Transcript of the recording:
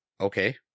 okay